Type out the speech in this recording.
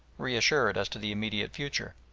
reassured as to the immediate future.